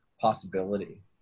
possibility